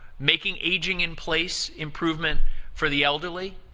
making aging in place improvements for the elderly.